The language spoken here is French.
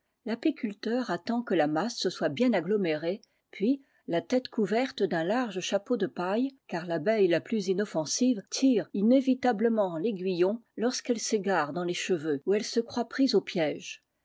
l'apiculteur attend que la masse se soit bien agglomérée puis la tête couverte d'un large chapeau de paille car l'abeille la plus inoffensive tire inévitablement l'aiguillon lorsqu'elle s'égare dans les cheveux où elle se croit prise au piège